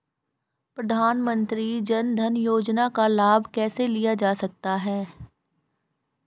प्रधानमंत्री जनधन योजना का लाभ कैसे लिया जा सकता है?